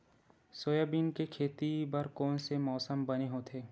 Soybean के खेती बर कोन से मौसम बने होथे?